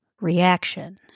reaction